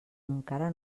encara